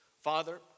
Father